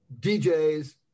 DJs